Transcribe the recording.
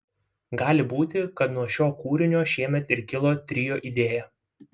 gali būti kad nuo šio kūrinio šiemet ir kilo trio idėja